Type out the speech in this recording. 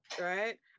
Right